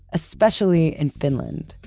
especially in finland,